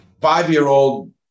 Five-year-old